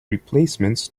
replacements